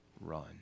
run